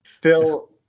Phil